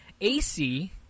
AC